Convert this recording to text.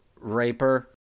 raper